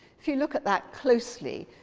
if you look at that closely,